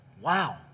Wow